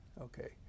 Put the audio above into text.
Okay